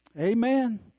Amen